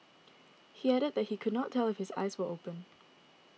he added that he could not tell if his eyes were open